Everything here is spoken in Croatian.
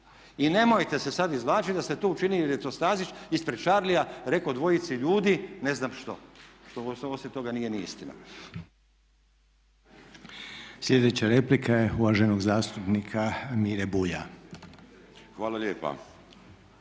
I nemojte se sada izvlačiti da ste to učinili jer je to Stazić ispred Charlija rekao dvojici ljudi ne znam što. Što osim toga nije ni istina.